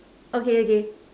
okay okay